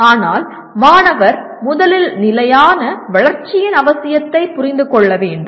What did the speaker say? ஆனால் மாணவர் முதலில் நிலையான வளர்ச்சியின் அவசியத்தை புரிந்து கொள்ள வேண்டும்